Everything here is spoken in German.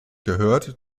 gehört